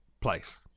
place